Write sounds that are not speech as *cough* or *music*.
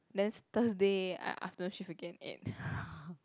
then s~ Thursday I afternoon shift again eight *laughs*